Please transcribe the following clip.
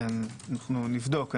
נבדוק.